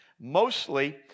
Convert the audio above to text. mostly